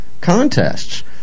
contests